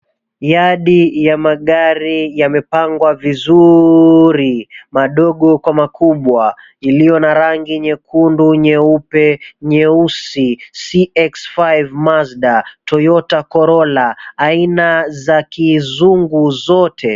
Yadi ya magari yamepangwa vizuri madogo kwa makubwa. Iliyo na rangi nyekundu, nyeupe, nyeusi CX5 Mazda, Toyota Corolla aina za kizungu zote.